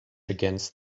against